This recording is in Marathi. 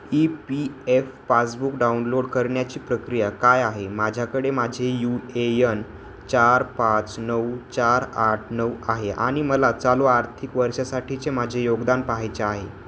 E P F passbook download करण्याची प्रक्रिया काय आहे माझ्याकडे माझे यू ए यन चार पाच नऊ चार आठ नऊ आहे आणि मला चालू आर्थिक वर्षासाठीचे माझे योगदान पाहायचे आहे